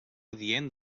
adient